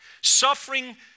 Suffering